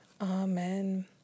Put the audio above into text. Amen